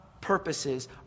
purposes